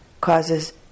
causes